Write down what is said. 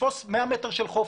שתתפוס 100 מטרים של חוף,